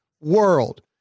world